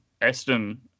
Eston